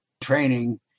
training